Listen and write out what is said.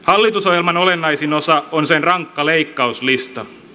hallitusohjelman olennaisin osa on sen rankka leikkauslista